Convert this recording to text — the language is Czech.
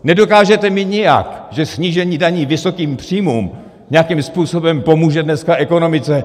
Nedokážete mi nijak, že snížení daní vysokým příjmům nějakým způsobem pomůže dneska ekonomice.